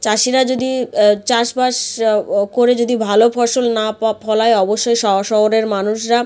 চাষিরা যদি চাষবাস করে যদি ভালো ফসল না পা ফলায় অবশ্যই শ শহরের মানুষরা